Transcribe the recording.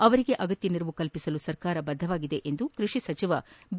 ಅವರಿಗೆ ಅಗತ್ಯ ನೆರವು ಕಲ್ಪಿಸಲು ಸರ್ಕಾರ ಬದ್ಧವಾಗಿದೆ ಎಂದು ಕೃಷಿ ಸಚಿವ ಬಿ